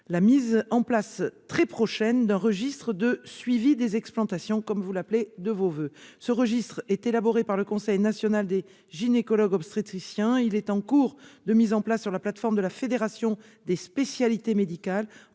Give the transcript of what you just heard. la mise en place prochaine d'un registre de suivi des explantations, comme vous l'appelez de vos voeux, madame la sénatrice. Ce registre est élaboré par le Collège national des gynécologues et obstétriciens français. Il est en cours de mise en place sur la plateforme de la Fédération des spécialités médicales,